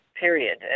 period